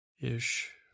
ish